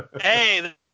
Hey